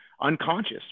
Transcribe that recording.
unconscious